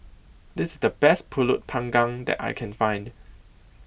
This IS The Best Pulut Panggang that I Can Find